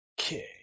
Okay